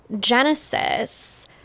Genesis